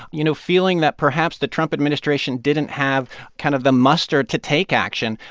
you know, feeling that perhaps the trump administration didn't have kind of the muster to take action.